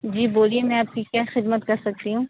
جی بولیے میں آپ کی کیا خدمت کر سکتی ہوں